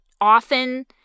Often